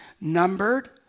numbered